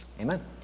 Amen